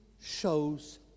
shows